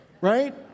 right